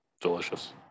delicious